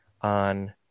on